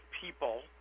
people